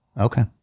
Okay